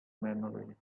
memory